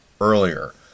earlier